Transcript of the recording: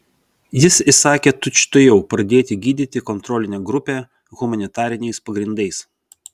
jis įsakė tučtuojau pradėti gydyti kontrolinę grupę humanitariniais pagrindais